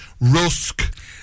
rusk